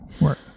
Work